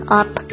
up